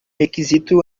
requisito